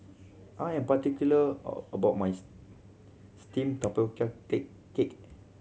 I am particular about my steamed tapioca cake